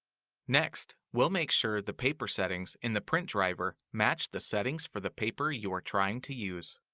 next, we'll make sure the paper settings in the print driver match the settings for the paper you are trying to use.